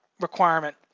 requirement